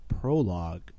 prologue